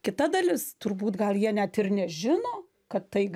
kita dalis turbūt gal jie net ir nežino kad tai